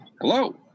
Hello